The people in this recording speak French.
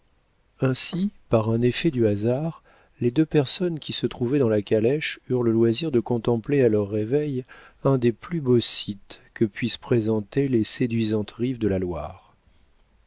ainsi par un effet du hasard les deux personnes qui se trouvaient dans la calèche eurent le loisir de contempler à leur réveil un des plus beaux sites que puissent présenter les séduisantes rives de la loire